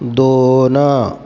दोन